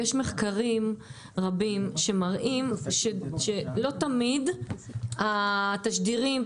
יש מחקרים רבים שמראים שלא תמיד התשדירים,